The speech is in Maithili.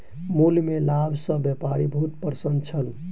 मूल्य में लाभ सॅ व्यापारी बहुत प्रसन्न छल